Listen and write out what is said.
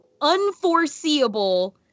unforeseeable